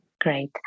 Great